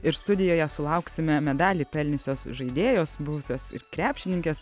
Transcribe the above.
ir studijoje sulauksime medalį pelniusios žaidėjos buvusios ir krepšininkės